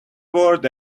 word